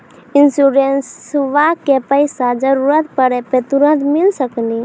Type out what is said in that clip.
इंश्योरेंसबा के पैसा जरूरत पड़े पे तुरंत मिल सकनी?